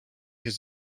his